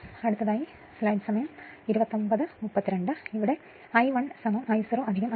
അതിനാൽ I1 I0 I2